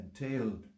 entailed